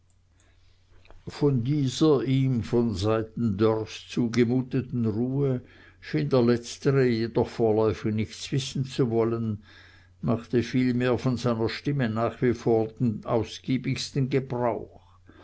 von dieser ihm von seiten dörrs zugemuteten ruhe schien der letztere jedoch vorläufig nichts wissen zu wollen machte vielmehr von seiner stimme nach wie vor den ausgiebigsten gebrauch